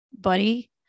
buddy